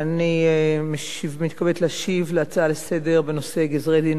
אני מתכבדת להשיב על הצעה לסדר-היום בנושא גזרי-דין